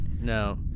no